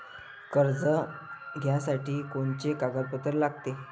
कर्ज घ्यासाठी कोनचे कागदपत्र लागते?